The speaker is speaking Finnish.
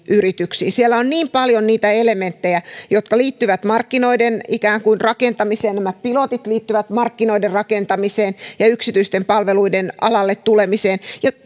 yrityksiin siellä on niin paljon niitä elementtejä jotka liittyvät markkinoiden ikään kuin rakentamiseen nämä pilotit liittyvät markkinoiden rakentamiseen ja yksityisten palveluiden alalle tulemiseen